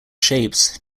shapes